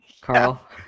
Carl